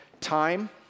Time